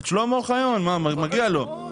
את שלמה אוחיון, מגיע לו.